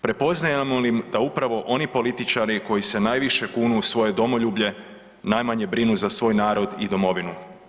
Prepoznajemo li da upravo oni političari koji se najviše kunu u svoje domoljublje najmanje brinu za svoj narod i domovinu?